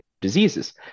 diseases